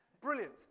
brilliant